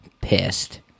pissed